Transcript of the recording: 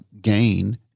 gain